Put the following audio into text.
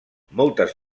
moltes